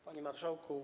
Panie Marszałku!